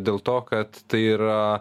dėl to kad tai yra